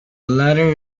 latter